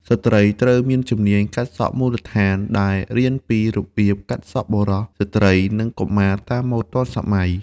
ស្ត្រីត្រូវមានជំនាញកាត់សក់មូលដ្ឋាន ដែលរៀនពីរបៀបកាត់សក់បុរស ស្ត្រី និងកុមារតាមម៉ូដទាន់សម័យ។